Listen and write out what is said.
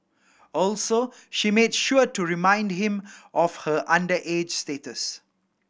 also she made sure to remind him of her underage status